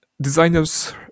Designers